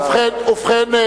ובכן,